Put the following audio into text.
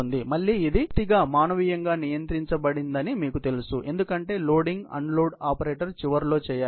కానీ మళ్ళీ ఇది పూర్తిగా మానవీయంగా నియంత్రించబడిందని మీకు తెలుసు ఎందుకంటే లోడింగ్ అన్లోడ్ ఆపరేటర్ చివరలో చేయాలి